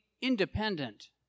independent